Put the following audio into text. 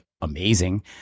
amazing